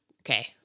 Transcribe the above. okay